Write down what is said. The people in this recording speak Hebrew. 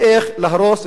ואיך להרוס,